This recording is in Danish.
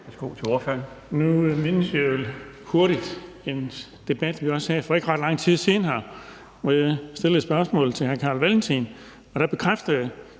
Bonnesen (V): Nu mindes jeg jo hurtigt en debat, som vi havde for ikke ret lang tid siden her, hvor jeg stillede spørgsmålet til hr. Carl Valentin, og der bekræftede,